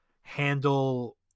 handle